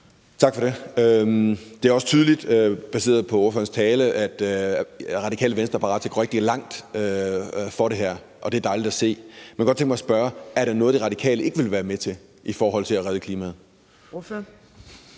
Tak for det. Det er baseret på ordførerens tale også tydeligt, at Det Radikale Venstre er parate til at gå rigtig langt for det her, og det er dejligt at se. Jeg kunne godt tænke mig at spørge: Er der noget, Det Radikale Venstre ikke vil være med til i forhold til at redde klimaet?